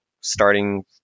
starting